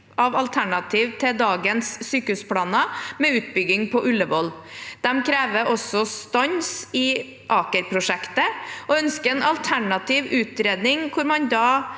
av alternativ til dagens sykehusplaner, med utbygging på Ullevål. Man krever også stans i Aker-prosjektet og ønsker en alternativ utredning hvor man